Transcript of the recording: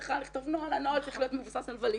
צריך לכתוב נוהל והנוהל צריך להיות מבוסס על ולדיציות.